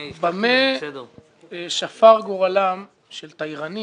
במה שפר גורלם של תיירנים